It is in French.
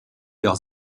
leurs